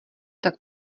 tak